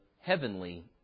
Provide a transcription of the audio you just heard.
heavenly